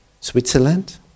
Switzerland